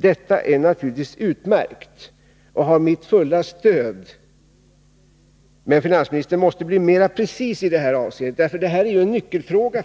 "Detta är naturligtvis utmärkt, och det har mitt fulla stöd. Men finansministern måste bli mera precis i det här avseendet. Det här är faktiskt en nyckelfråga,